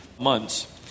months